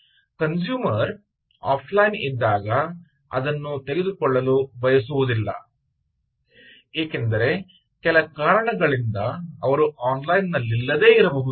ಏಕೆಂದರೆ consumer offline ಇದ್ದಾಗ ಅದನ್ನು ತೆಗೆದುಕೊಳ್ಳಲು ಬಯಸುವುದಿಲ್ಲ ಏಕೆಂದರೆ ಕೆಲ ಕಾರಣಗಳಿಂದ ಅವರು ಆನ್ಲೈನ್ನಲ್ಲಿಲ್ಲದೇ ಇರಬಹುದು